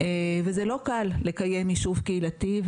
וזה לא קל לקיים יישוב קהילתי,